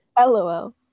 LOL